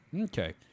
Okay